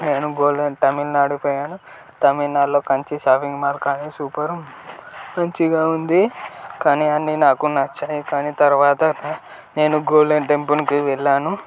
నేను గోల్డెన్ తమిళనాడు పోయాను తమిళనాడులో కంచి షాపింగ్ మాల్ కానీ సూపరు మంచిగా ఉంది కానీ అన్నీ నాకు నచ్చాయి కానీ తరువాత నేను గోల్డెన్ టెంపుల్కి వెళ్ళాను